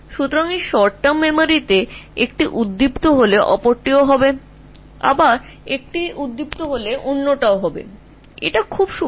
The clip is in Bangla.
সুতরাং একবার তারা এটি একটি স্বল্পমেয়াদী স্মৃতি এটা ফায়ার করে এটা ফায়ার করে আবার এটা ফায়ার করে এটি খুব শক্তিশালী